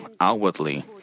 outwardly